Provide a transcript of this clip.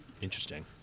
Interesting